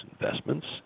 investments